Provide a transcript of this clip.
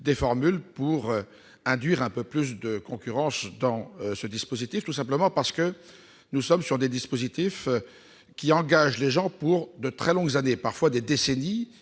des formules pour introduire un peu plus de concurrence dans ces dispositifs, tout simplement parce qu'ils engagent les gens pour de très longues années, parfois des décennies.